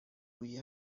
روی